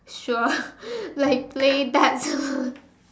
sure like play darts